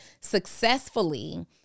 successfully